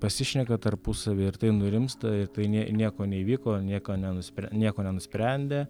pasišneka tarpusavy ir tai nurimsta ir tai nie nieko neįvyko nieko nenusprę nieko nenusprendė